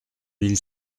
mille